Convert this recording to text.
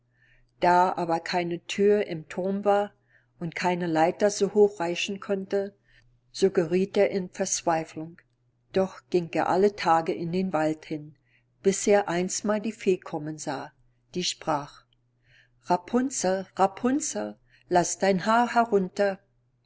da aber keine thüre im thurm war und keine leiter so hoch reichen konnte so gerieth er in verzweiflung doch ging er alle tage in den wald hin bis er einstmals die fee kommen sah die sprach rapunzel rapunzel laß dein haar herunter